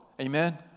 Amen